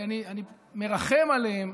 כי אני מרחם עליהם,